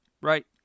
right